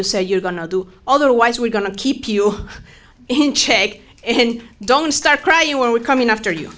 you say you're gonna do otherwise we're going to keep you in check and don't start crying you we're coming after you